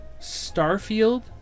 Starfield